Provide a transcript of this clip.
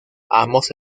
ambos